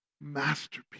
masterpiece